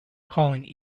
calling